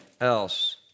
else